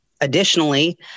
additionally